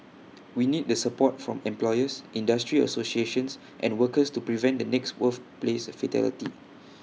we need the support from employers industry associations and workers to prevent the next workplace fatality